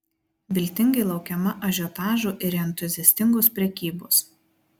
viltingai laukiama ažiotažo ir entuziastingos prekybos